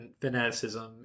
fanaticism